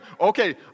okay